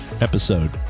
episode